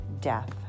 death